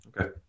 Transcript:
okay